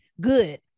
good